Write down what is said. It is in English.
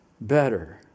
better